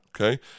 okay